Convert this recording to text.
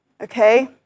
okay